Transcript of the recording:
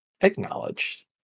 Acknowledged